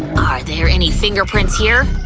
are there any fingerprints here?